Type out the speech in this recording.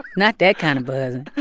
not that kind of buzzing